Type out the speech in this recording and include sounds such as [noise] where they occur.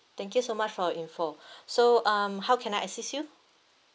thank you so much for your info [breath] so um how can I assist you